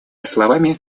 словами